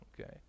okay